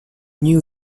new